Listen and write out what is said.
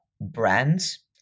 brands